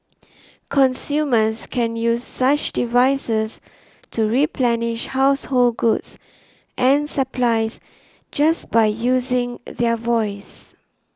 consumers can use such devices to replenish household goods and supplies just by using their voice